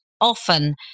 often